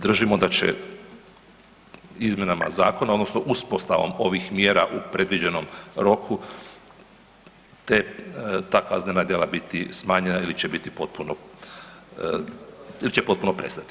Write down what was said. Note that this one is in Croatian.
Držimo da će izmjenama zakona odnosno uspostavom ovih mjera u predviđenom roku ta kaznena djela biti smanjena ili će potpuno prestati.